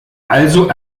also